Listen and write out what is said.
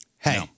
Hey